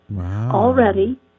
already